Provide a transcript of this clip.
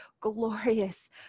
glorious